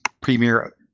premier